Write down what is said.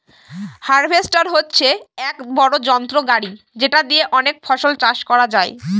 harvester হচ্ছে এক বড়ো যন্ত্র গাড়ি যেটা দিয়ে অনেক ফসল চাষ করা যায়